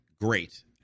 great